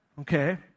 Okay